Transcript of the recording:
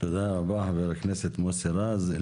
תודה רבה חבר הכנסת מוסי רז.